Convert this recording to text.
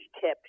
tip